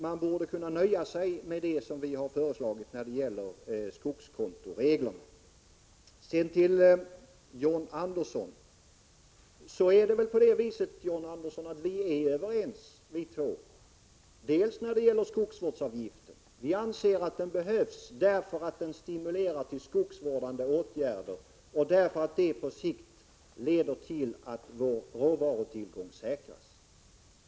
Man borde kunna nöja sig med det som vi har föreslagit när det gäller skogskontoregler. Sedan vill jag säga några ord till John Andersson. Vi två är överens när det gäller skogsvårdsavgiften. Vi anser att den behövs därför att den stimulerar till skogsvårdsåtgärder och därför att det på sikt leder till att råvarutillgången säkras.